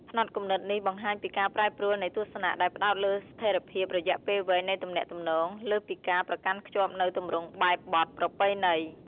ផ្នត់គំនិតនេះបង្ហាញពីការប្រែប្រួលនៃទស្សនៈដែលផ្ដោតលើស្ថិរភាពរយៈពេលវែងនៃទំនាក់ទំនង លើសពីការប្រកាន់ខ្ជាប់នូវទម្រង់បែបបទប្រពៃណី។